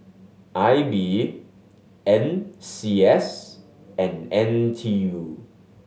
I B N C S and N T U